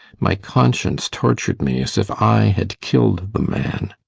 my conscience tortured me as if i had killed the man.